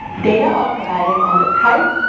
data are provided on the type,